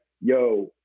yo